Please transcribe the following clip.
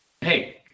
Hey